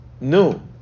no